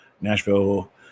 Nashville